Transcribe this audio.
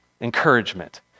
encouragement